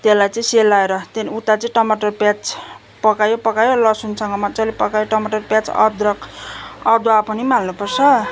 त्यसलाई चाहिँ सेलाएर त्यहाँदेखि उता चाहिँ टमाटर प्याज पकायो पकायो लसुनसँग मज्जाले पकायो टमाटर प्याज अद्रक अदुवा पनि हाल्नु पर्छ